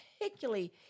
particularly